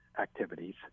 activities